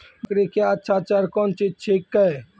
बकरी क्या अच्छा चार कौन चीज छै के?